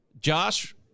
Josh